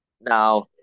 now